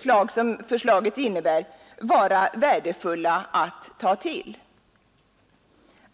slag som förslaget innebär vara värdefulla att ta till.